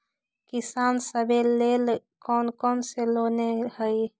किसान सवे लेल कौन कौन से लोने हई?